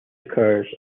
occurs